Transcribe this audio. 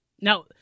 Now